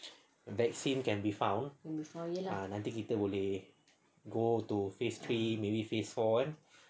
vaccine can be found nanti kita boleh go to phase three maybe phase four kan